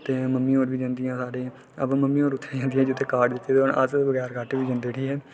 ते मम्मी होर बी जंदियां साढ़ी अबो मम्मी होर उत्थै जंदियां जित्थै काड़ दित्ते दे होन अस बगैर काड़े दे बी जंदे उठी हे